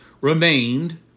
remained